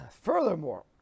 Furthermore